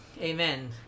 amen